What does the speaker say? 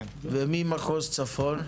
ומי מחוז צפון?